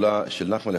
השדולה של נחמן,